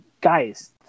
guys